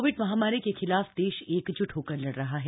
Covid महामारी के खिलाफ देश एकजुट होकर लड़ रहा है